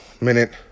minute